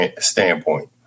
standpoint